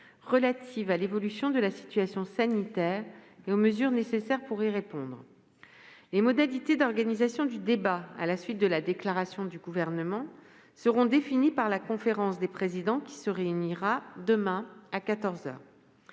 relative à l'évolution de la situation sanitaire et aux mesures nécessaires pour y répondre. Les modalités d'organisation du débat à la suite de la déclaration du Gouvernement seront définies par la conférence des présidents qui se réunira demain, à